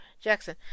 Jackson